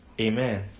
Amen